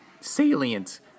salient